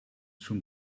schon